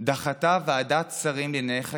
דחתה ועדת שרים לענייני חקיקה,